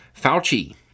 Fauci